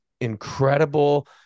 incredible